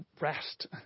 rest